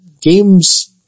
games